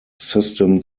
system